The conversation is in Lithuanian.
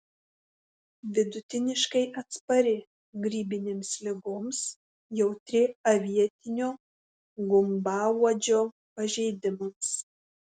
vidutiniškai atspari grybinėms ligoms jautri avietinio gumbauodžio pažeidimams